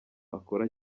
akora